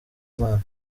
imana